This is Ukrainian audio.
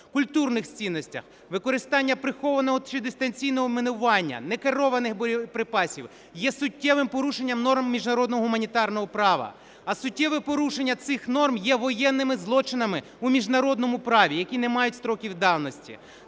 культурних цінностях, використання прихованого чи дистанційного мінування, некерованих боєприпасів є суттєвим порушенням норм міжнародного гуманітарного права. А суттєве порушення цих норм є воєнними злочинами у міжнародному праві, які не мають строків давності.